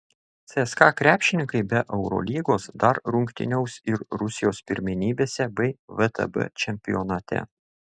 cska krepšininkai be eurolygos dar rungtyniaus ir rusijos pirmenybėse bei vtb čempionate